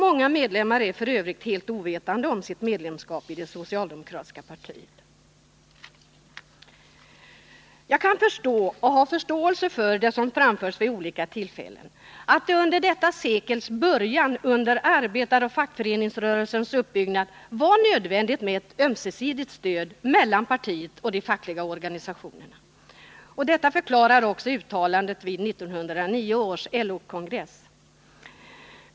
Många medlemmar är f. ö. helt ovetande om Jag kan ha förståelse för det som framförts från socialdemokratiskt håll vid Onsdagen den olika tillfällen, nämligen att det under seklets början, under arbetaroch 14 november 1979 fackföreningsrörelsens uppbyggnad, var nödvändigt med ett ömsesidigt stöd mellan partiet och de fackliga organisationerna. Detta förklarar också Förbud mot koluttalandet vid 1909 års LO-kongress.